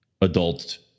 adult